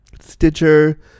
Stitcher